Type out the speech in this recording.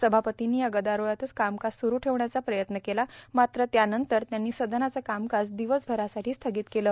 सभापतींनी या गदारोळातच कामकाज सुरू ठेवण्याचा प्रयत्न केला मात्र त्यानंतर त्यांनी सदनाचं कामकाज ीदवसभरासाठी स्थीगत केलं